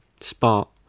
spot